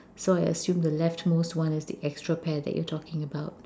so I assume the left most one is the extra pair that you are talking about